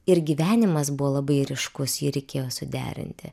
ir gyvenimas buvo labai ryškus jį reikėjo suderinti